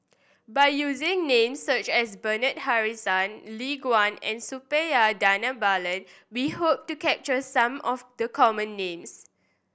by using names such as Bernard Harrison Lin Gao and Suppiah Dhanabalan we hope to capture some of the common names